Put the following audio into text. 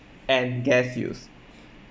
and gas use